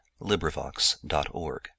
LibriVox.org